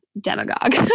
demagogue